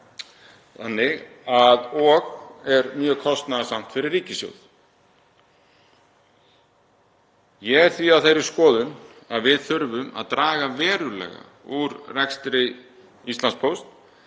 þetta er líka mjög kostnaðarsamt fyrir ríkissjóð. Ég er því á þeirri skoðun að við þurfum að draga verulega úr rekstri Íslandspósts,